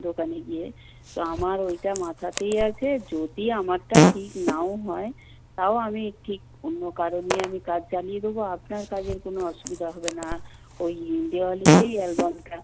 দোকানে গিয়ে তো আমার ওইটা মাথাতেই আছে যদি আমারটা ঠিক নাও হয় তাও আমি ঠিক অন্য কারও নিয়ে আমি কাজ চালিয়ে দেবো আপনার কাজের কোনো অসুবিধা হবে না ওই দেওয়ালিতেই অ্যালবামটা